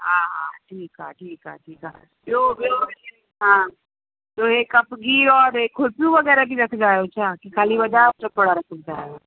हा हा ठीकु आहे ठीकु आहे ठीकु आहे ॿियो ॿियो हा ॿियो इहे कप गिहु और इहे खुर्पियूं वग़ैरह बि रखंदा आहियो छा कि ख़ाली वॾा सुपरा रखंदा आहियो